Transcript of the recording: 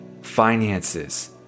Finances